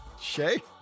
Shay